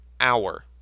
hour